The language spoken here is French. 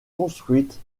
construite